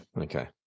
Okay